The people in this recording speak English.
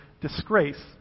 disgrace